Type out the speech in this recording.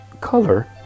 color